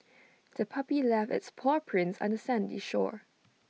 the puppy left its paw prints on the sandy shore